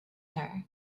her